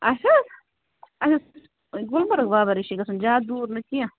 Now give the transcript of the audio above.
اَسہِ حظ اَسہِ حظ گُلمرگ باباریٖشی گَژھُن زیادٕ دوٗر نہٕ کیٚنٛہہ